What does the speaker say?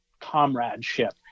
comradeship